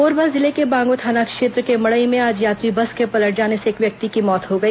कोरबा जिले के बांगो थाना क्षेत्र के मड़ई में आज यात्री बस के पलट जाने से एक व्यक्ति की मौत हो गई